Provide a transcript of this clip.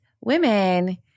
women